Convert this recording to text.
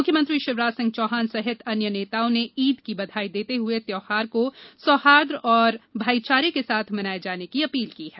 मुख्यमंत्री शिवराज सिंह चौहान सहित अन्य नेताओं ने ईद की बधाई देते हए त्यौहार को सौहाई और भाईचारे के साथ मनाये जाने की अपील की है